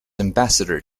ambassador